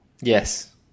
Yes